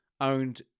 Owned